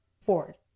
Ford